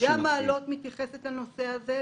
"מעלות" מתייחסת לנושא הזה,